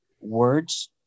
words